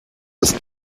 with